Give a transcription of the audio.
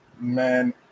man